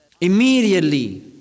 Immediately